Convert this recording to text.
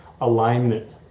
alignment